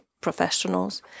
professionals